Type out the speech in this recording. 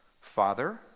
Father